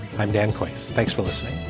i'm dan quicks. thanks for listening